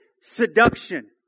seduction